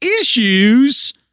issues